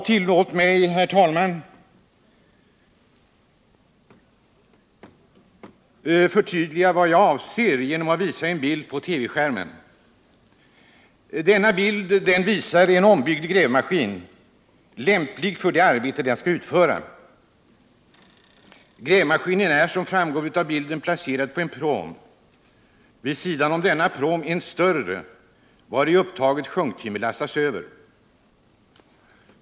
Tillåt mig, herr talman, förtydliga vad jag avser genom att visa en bild på TV-skärmen. Denna bild visar en ombyggd grävmaskin, lämplig för det arbete den skall utföra. Grävmaskinen är placerad på en pråm. Vid sidan om denna pråm finns en större sådan, vari upptaget sjunktimmer lastas över.